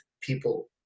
people